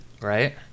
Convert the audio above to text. Right